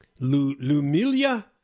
Lumilia